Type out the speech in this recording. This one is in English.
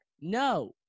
No